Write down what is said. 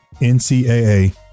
NCAA